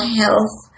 health